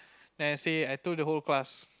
then I say I told the whole class